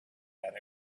that